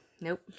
nope